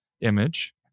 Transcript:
image